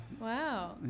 Wow